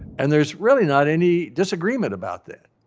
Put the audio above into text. and there's really not any disagreement about that.